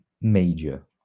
major